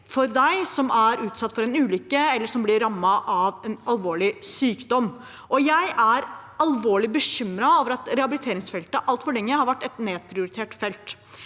over den som er utsatt for en ulykke, eller som blir rammet av en alvorlig sykdom. Jeg er alvorlig bekymret over at rehabiliteringsfeltet altfor lenge har vært et nedprioritert felt.